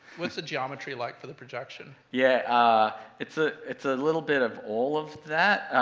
what's the geometry like for the projection? yeah, ah it's ah it's a little bit of all of that,